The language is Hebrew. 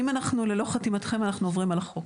אם אנחנו ללא חתימתכם אנחנו עוברים על החוק.